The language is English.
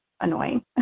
annoying